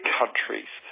countries